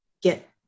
get